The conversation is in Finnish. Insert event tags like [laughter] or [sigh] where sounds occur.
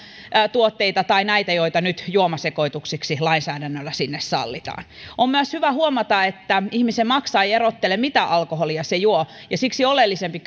tuotteita ja näitä joita nyt juomasekoituksiksi lainsäädännöllä sinne sallitaan on myös hyvä huomata että ihmisen maksa ei erottele mitä alkoholia se juo ja siksi oleellisempi [unintelligible]